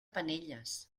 penelles